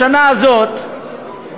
בשנה הזאת,